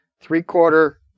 three-quarter